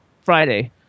Friday